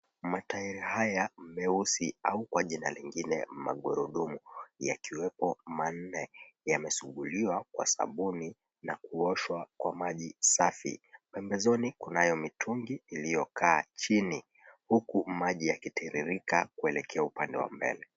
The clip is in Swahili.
Matairi haya meusi au kwa jina nyingine, magurudumu yakiwemo manne yamesuguliwa kwa sabuni na kuoshwa kwa maji safi. Pembezoni kunayo mitungi yaliyokaa chini huku maji yakitiririka kuelekea upande wa mbele.